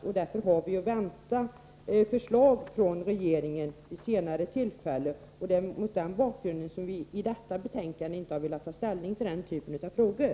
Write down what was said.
Vi kan därför vänta förslag från regeringen vid ett senare tillfälle. Det är mot den bakgrunden som vi i detta betänkande inte har velat ta ställning till dessa frågor.